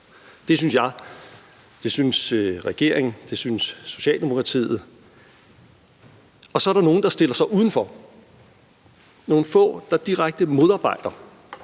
Det synes jeg, det synes regeringen, det synes Socialdemokratiet. Så er der nogle, der stiller sig udenfor; nogle få, der direkte modarbejder,